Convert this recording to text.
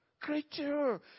creature